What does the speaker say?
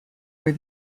were